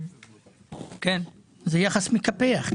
זה יחס מקפח.